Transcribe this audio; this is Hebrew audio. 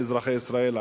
מאזרחי ישראל,